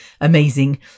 Amazing